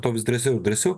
to vis drąsiau ir drąsiau